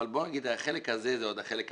בואו נגיד שהחלק הזה הוא החלק הקל,